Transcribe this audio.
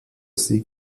sie